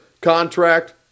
contract